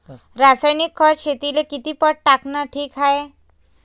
रासायनिक खत शेतीले किती पट टाकनं ठीक हाये?